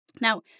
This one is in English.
Now